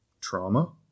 trauma